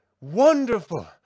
Wonderful